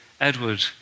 Edward